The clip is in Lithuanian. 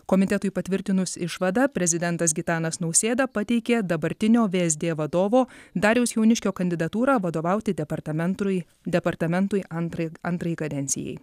komitetui patvirtinus išvadą prezidentas gitanas nausėda pateikė dabartinio vsd vadovo dariaus jauniškio kandidatūrą vadovauti departamentrui departamentui antrai antrai kadencijai